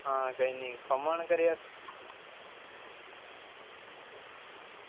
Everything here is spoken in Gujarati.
હા કંઈ નહીં ખમણ કર્યા